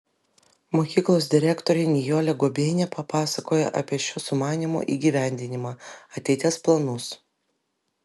mokyklos direktorė nijolė guobienė papasakojo apie šio sumanymo įgyvendinimą ateities planus